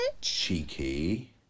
Cheeky